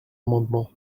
amendement